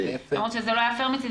למרות שזה לא היה פייר מצדי,